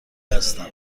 هستم